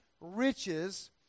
riches